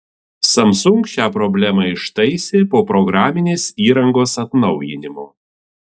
samsung šią problemą ištaisė po programinės įrangos atnaujinimo